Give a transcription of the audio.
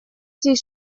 всей